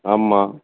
ஆமாம்